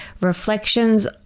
reflections